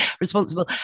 responsible